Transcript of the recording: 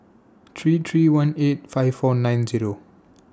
three three one eight five four nine Zero